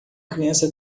criança